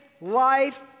life